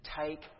take